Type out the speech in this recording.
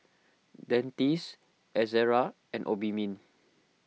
Dentiste Ezerra and Obimin